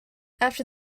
after